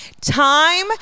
time